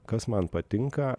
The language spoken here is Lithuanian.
kas man patinka